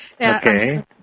Okay